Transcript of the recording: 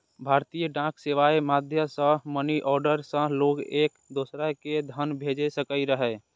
भारतीय डाक सेवाक माध्यम सं मनीऑर्डर सं लोग एक दोसरा कें धन भेज सकैत रहै